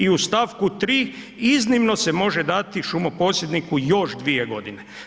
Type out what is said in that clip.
I u st. 3 iznimno se može dati šumoposjedniku još 2 godine.